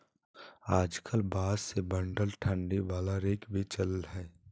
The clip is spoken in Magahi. आजकल बांस से बनल डंडी वाला रेक भी चलल हय